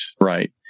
right